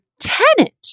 tenant